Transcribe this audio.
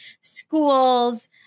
schools